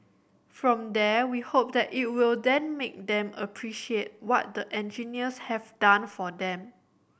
from there we hope that it will then make them appreciate what the engineers have done for them